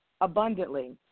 Abundantly